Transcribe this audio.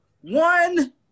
One